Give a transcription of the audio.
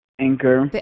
anchor